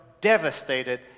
devastated